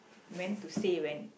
meant to say when